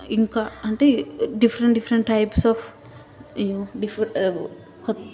ఇంకా అంటే different different types of అయ్యో డిఫర్ కొత్త